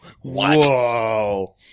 Whoa